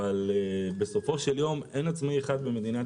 אבל בסופו של יום אין עצמאי אחד במדינת